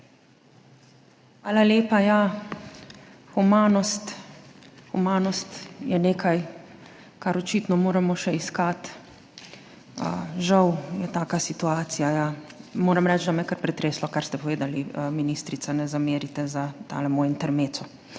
Hvala lepa. Ja, humanost. Humanost je nekaj, kar očitno moramo še iskati. Žal je taka situacija, ja. Moram reči, da me je kar pretreslo, kar ste povedali, ministrica. Ne zamerite za tale moj intermezzo.